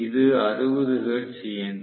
இது 60 ஹெர்ட்ஸ் இயந்திரம்